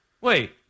Wait